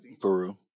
Peru